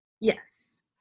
Yes